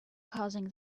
causing